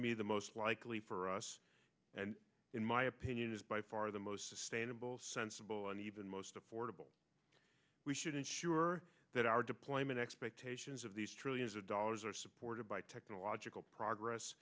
me the most likely for us and in my opinion is by far the most sustainable sensible and even most affordable we should ensure that our deployment expectations of these trillions of dollars are supported by technological progress